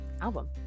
album